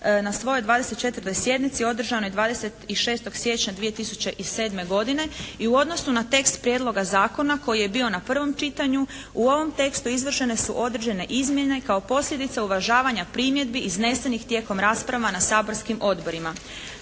na svojoj 24. sjednici održanoj 26. siječnja 2007. godine i u odnosu na tekst prijedloga zakona koji je bio na prvom čitanju u ovom tekstu izvršene su određene izmjene kao posljedica uvažavanja primjedbi iznesenih tijekom rasprava na saborskim odborima.